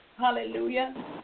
Hallelujah